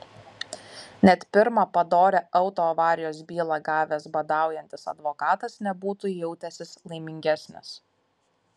net pirmą padorią autoavarijos bylą gavęs badaujantis advokatas nebūtų jautęsis laimingesnis